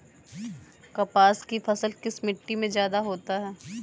कपास की फसल किस मिट्टी में ज्यादा होता है?